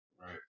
Right